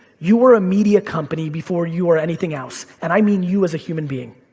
you are a media company before you are anything else, and i mean you as a human being.